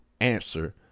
answer